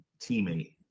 teammate